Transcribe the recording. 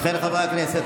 חברי הכנסת,